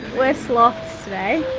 we're sloths today,